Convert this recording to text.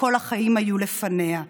שכל החיים היו לפניה.